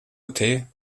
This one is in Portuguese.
até